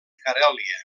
carèlia